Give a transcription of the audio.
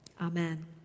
Amen